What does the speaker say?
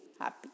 happy